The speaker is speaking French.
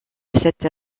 cette